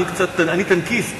אני טנקיסט.